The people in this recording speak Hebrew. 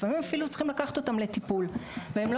לפעמים הם צריכים אפילו לקחת אותם לטיפול והם לא